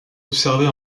observés